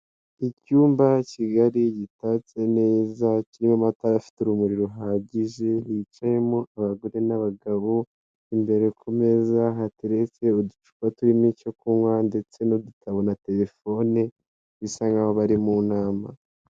Icyumba kigarii gitatse neza kirimo amatara afite urumuri ruhagije, hicayemo abagore n'abagabo, imbere ku meza hateretse uducupa turimo icyo kunywa ndetse n'udutabo na telefone bisa nk'aho bari mu nama.